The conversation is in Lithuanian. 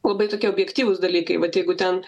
labai tokie objektyvūs dalykai vat jeigu ten